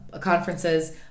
conferences